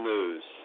News